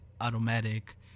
automatic